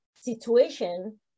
situation